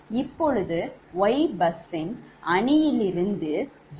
இப்போது YBUS matrix லிருந்து 𝐺111